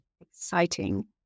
exciting